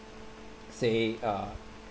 say uh